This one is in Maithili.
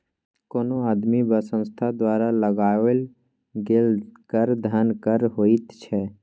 कोनो आदमी वा संस्था द्वारा लगाओल गेल कर धन कर होइत छै